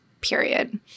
period